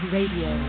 Radio